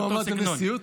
מי זה המועמד לנשיאות?